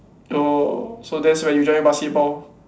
oh so that's when you join basketball